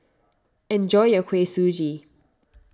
enjoy your Kuih Suji